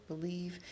believe